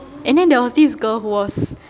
and then there was this girl who was